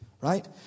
right